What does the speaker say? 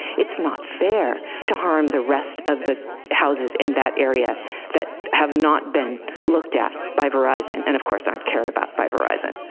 it's not fair to harm the rest of the houses in that area that have not been looked at by verizon. and of course aren't cared about by verizon.